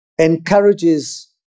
encourages